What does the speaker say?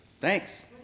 Thanks